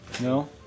No